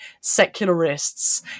secularists